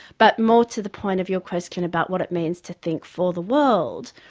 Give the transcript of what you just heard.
but, more to the point of your question about what it means to think for the world,